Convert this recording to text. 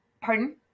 Pardon